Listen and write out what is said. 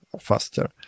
faster